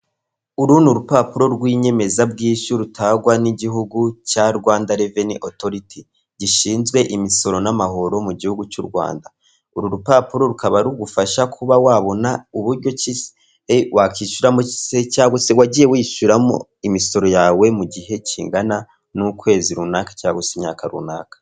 Uru ni urupapuro rw'inyemezabwishyu rutangwa n'igihugu cya Rwanda Reven Authority, gishinzwe imisoro n'amahoro mu gihugu cy'u Rwanda, uru rupapuro rukaba rugufasha kuba wabona uburyo ki wakishyuramo se wagiye wishyuramo imisoro yawe mu gihe kingana n'ukwezi runaka cyangwa se imyaka runaka.